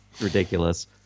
Ridiculous